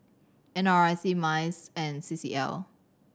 N R I C MINDS and C C L